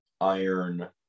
iron